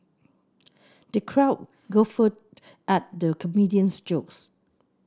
the crowd guffawed at the comedian's jokes